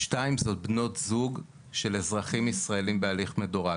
קבוצה שנייה אלו בנות זוג של אזרחים ישראליים בהליך מדורג.